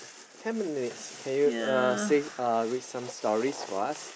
ten minutes can you uh say uh read some stories for us